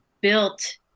built